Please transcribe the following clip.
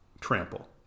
trample